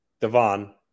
devon